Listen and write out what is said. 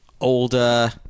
older